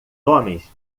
homens